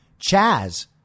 Chaz